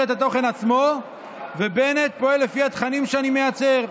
את התוכן עצמו ובנט פועל לפי התכנים שאני מייצר.